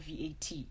VAT